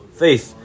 faith